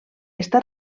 està